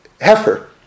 heifer